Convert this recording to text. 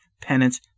penance